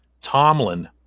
Tomlin